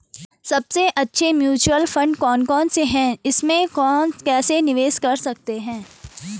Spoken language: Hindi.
सबसे अच्छे म्यूचुअल फंड कौन कौनसे हैं इसमें कैसे निवेश कर सकते हैं?